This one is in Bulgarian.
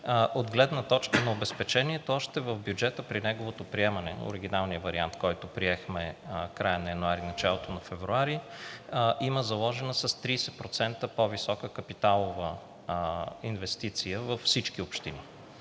От гледна точка на обезпечението, още в бюджета при неговото приемане, на оригиналния вариант, който приехме в края на януари – началото на февруари, има заложена с 30% по-висока капиталова инвестиция във всички общини.